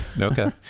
Okay